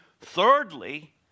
thirdly